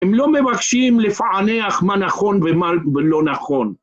הם לא מבקשים לפענח מה נכון ומה לא נכון.